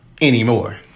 anymore